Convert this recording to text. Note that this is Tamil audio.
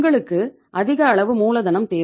உங்களுக்கு அதிக அளவு மூலதனம் தேவை